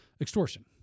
extortion